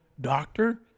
doctor